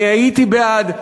אני הייתי בעד.